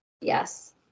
Yes